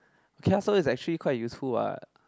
okay ah so that's actually quite useful what